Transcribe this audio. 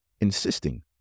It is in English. insisting